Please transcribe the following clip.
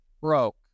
Broke